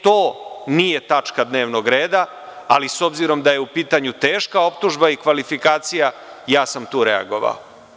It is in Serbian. To nije tačka dnevnog reda, ali s obzirom da je u pitanju teška optužba i kvalifikacija, ja sam tu reagovao.